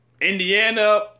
Indiana